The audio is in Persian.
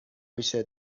میشه